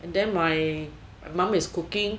and then my mum is cooking